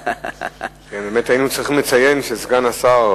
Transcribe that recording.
באמת היינו צריכים לציין שסגן השר,